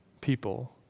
people